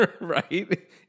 right